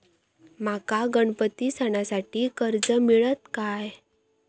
माका गणपती सणासाठी कर्ज मिळत काय?